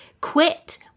quit